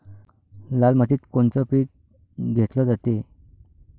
लाल मातीत कोनचं पीक घेतलं जाते?